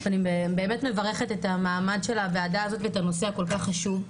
אני באמת מברכת את המעמד של הוועדה הזאת ואת הנושא הכול כל חשוב,